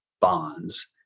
bonds